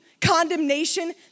condemnation